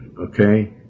okay